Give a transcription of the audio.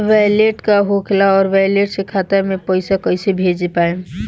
Wallet का होखेला और वैलेट से खाता मे पईसा कइसे भेज पाएम?